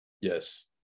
Yes